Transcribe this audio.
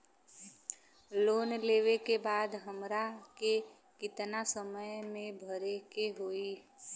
Loan लेवे के बाद हमरा के कितना समय मे भरे के होई?